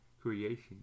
creation